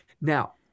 Now